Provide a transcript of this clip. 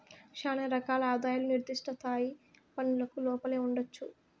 శానా రకాల ఆదాయాలు నిర్దిష్ట స్థాయి పన్నులకు లోపలే ఉండొచ్చు